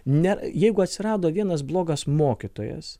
ne jeigu atsirado vienas blogas mokytojas